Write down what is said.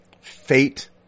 fate